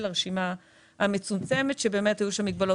זאת רשימה מצומצמת של יישובים,